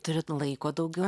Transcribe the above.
turit laiko daugiau